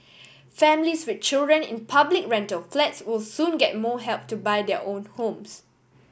families with children in public rental flats will soon get more help to buy their own homes